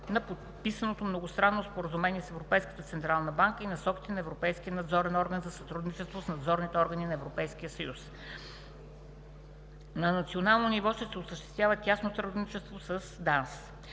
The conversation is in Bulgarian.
на подписаното многостранно споразумение с Европейската централна банка и насоките на Европейския надзорен орган за сътрудничество с надзорните органи в Европейския съюз; - на национално ниво ще се осъществява тясно сътрудничество с ДАНС.